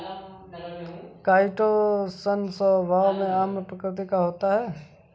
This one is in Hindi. काइटोशन स्वभाव में अम्ल प्रकृति का होता है